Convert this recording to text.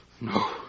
No